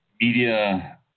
media